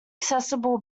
accessible